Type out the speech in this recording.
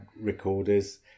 recorders